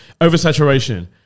oversaturation